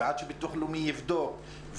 ועד שביטוח לאומי יבדוק,